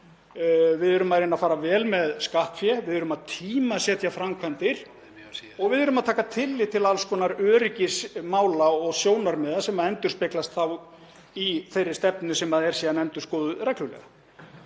Við erum að reyna að fara vel með skattfé, við erum að tímasetja framkvæmdir og taka tillit til alls konar öryggismála og sjónarmiða sem endurspeglast í þeirri stefnu sem er síðan endurskoðuð reglulega.